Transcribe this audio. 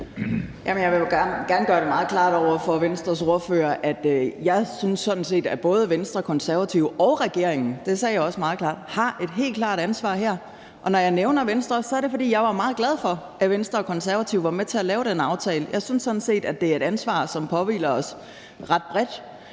jo gerne gøre det meget klart over for Venstres ordfører, at jeg sådan set synes, at både Venstre og Konservative og regeringen – det sagde jeg også meget klart – har et helt klart ansvar her. Og når jeg nævner Venstre, er det, fordi jeg var meget glad for, at Venstre og Konservative var med til at lave den aftale. Jeg synes sådan set, det er et ansvar, som påhviler os ret bredt,